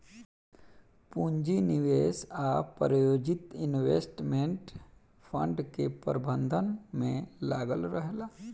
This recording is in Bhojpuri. पूंजी निवेश आ प्रायोजित इन्वेस्टमेंट फंड के प्रबंधन में लागल रहेला